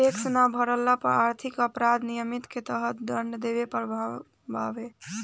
tax ना भरला पर आर्थिक अपराध अधिनियम के तहत दंड देवे के प्रावधान बावे